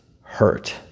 hurt